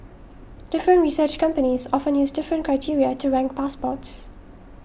different research companies often use different criteria to rank passports